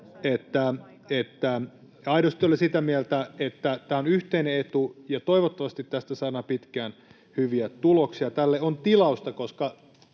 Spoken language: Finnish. Ihan aidosti olen sitä mieltä, että tämä on yhteinen etu, ja toivottavasti tästä saadaan pitkään hyviä tuloksia. Tälle on tilausta,